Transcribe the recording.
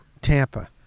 Tampa